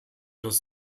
das